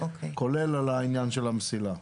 כולל על העניין של המסילה.